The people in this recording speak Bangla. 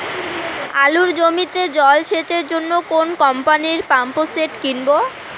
আলুর জমিতে জল সেচের জন্য কোন কোম্পানির পাম্পসেট কিনব?